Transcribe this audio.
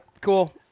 cool